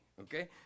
Okay